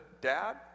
dad